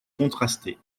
contrasté